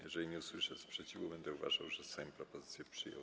Jeżeli nie usłyszę sprzeciwu, będę uważał, że Sejm propozycję przyjął.